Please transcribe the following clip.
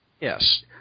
Yes